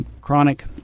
chronic